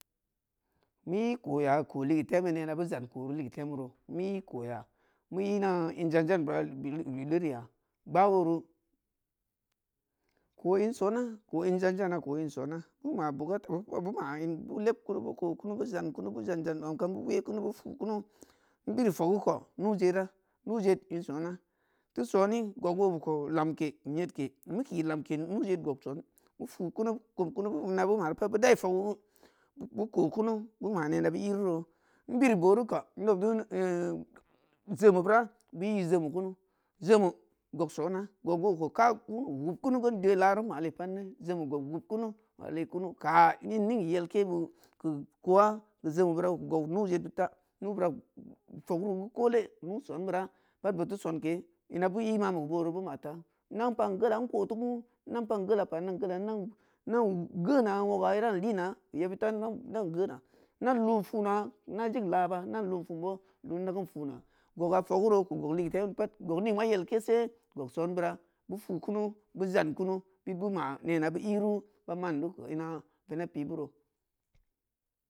Meu i kooh ya kooh ligeu temube nena beu zan kooh ligeu temuro meu i kooh ya meu i ina in jan-jan beura bilu-biluriya gbaa ori kooh in sona kooh in jan-jana kooh in sona beu ma bukata beu kou beu ma in beu leb kunu beu koku beu zan kunu beu zan-zan ong beu we kunu beu fuu kunu in biri fogu kou nu’u jerah nuu jed in sona teu sone gog obe kou lamke yedke meu ki lamke nuujed gog son meu fuu kunu meu kum kunu ina beu mari pat beu dai fogu geu beu kokunu beu ma nena beu iriro ia biri booru kou zemu heura beu i zemu kunu zemu gog son agog kou kahka wubkunu geu in de laru in male pat ni zemu gog wub kunu male kunu ning-ning yelke bo keu kooh keu zemu beura gog nuuzed beu ta nuu beura foguri kode nuu son beura pat beu teu sonke ina beu i manbe keu booru beu matai dan pan gela in kooteu ku idan pan gela-pandan gela inang-inang geama woo’gah inan lina keu yebud ta inan geuna inan luun funa inan diing laah bai nan luun fuun boo heu ida keun funa goga foguro keu gog ligeu temu pat gog ning ma yelke se gog son beura beu fuukunu beu zan kunu bit beu ma nena beu iru ba man duu keu ina veneb pi beuro.